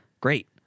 great